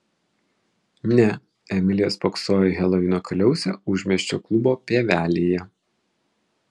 ne emilija spoksojo į helovino kaliausę užmiesčio klubo pievelėje